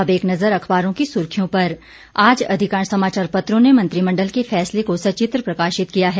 अब एक नजर अखबारों की सुर्खियों पर आज अधिकांश समाचार पत्रों ने मंत्रिमण्डल के फैसले को सचित्र प्रकाशित किया है